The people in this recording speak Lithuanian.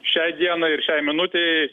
šiai dienai ir šiai minutei